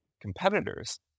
competitors